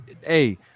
Hey